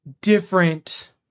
different